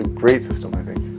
great system i think